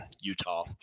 Utah